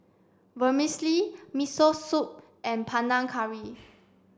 Vermicelli Miso Soup and Panang Curry